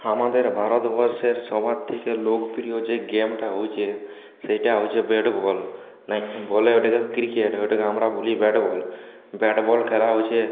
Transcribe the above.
আমাদের ভারতবর্ষের সবার থেকে লোকপ্রিয় যে গেমটা হচ্ছে সেইটা হচ্ছে ব্যাটবল না কী বলে ওটাকে ক্রিকেট ওটাকে আমরা বলি ব্যাটবল ব্যাটবল খেলা হচ্ছে